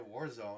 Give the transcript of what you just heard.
Warzone